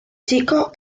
chico